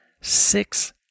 six